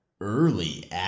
Early